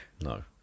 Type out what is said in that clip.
No